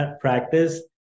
practice